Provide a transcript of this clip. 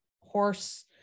horse